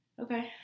Okay